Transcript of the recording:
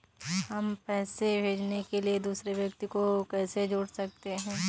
हम पैसे भेजने के लिए दूसरे व्यक्ति को कैसे जोड़ सकते हैं?